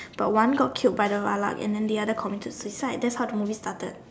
but one got killed by the Valak and then the other committed suicide that's how the movie started